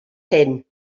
hyn